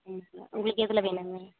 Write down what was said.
ம் அ உங்களுக்கு எதில் வேணுங்க